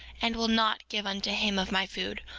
and will not give unto him of my food,